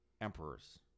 emperors